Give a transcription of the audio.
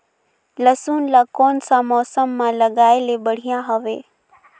लसुन ला कोन सा मौसम मां लगाय ले बढ़िया हवे?